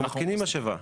אנחנו כן מתקינים משאבה.